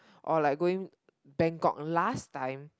orh like going Bangkok last time